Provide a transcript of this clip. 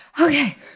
okay